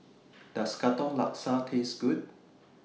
Does Katong Laksa Taste Good